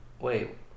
Wait